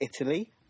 Italy